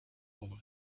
over